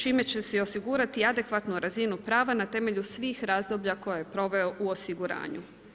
Čime će se osigurati adekvatnu razinu prav na temelju svih razdoblja koje je proveo u osiguranju.